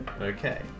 Okay